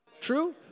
True